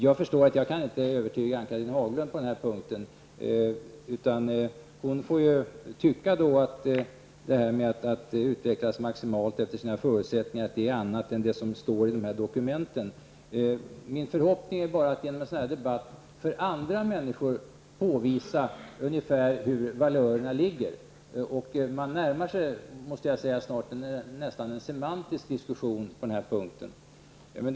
Jag förstår att jag inte kan övertyga Ann-Cathrine Haglund på den här punkten, utan hon får tycka att uttrycket ''att utvecklas maximalt efter sina förutsättningar'' är någonting annat än vad som står i dessa dokument. Min förhoppning är bara att vi genom en sådan här debatt för andra skall kunna påvisa skillnaderna i valörerna. Jag tycker nästan att vi närmar oss en semantisk diskussion på den här punkten.